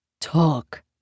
talk